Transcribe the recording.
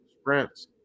Sprints